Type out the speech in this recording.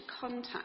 contact